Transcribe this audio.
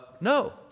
No